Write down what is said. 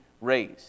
raised